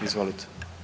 Izvolite.